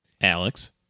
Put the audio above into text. Alex